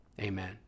amen